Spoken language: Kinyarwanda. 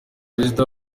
perezida